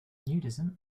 nudism